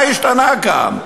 מה השתנה כאן?